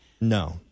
No